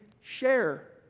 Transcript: share